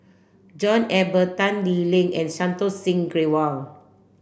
John Eber Tan Lee Leng and Santokh Singh Grewal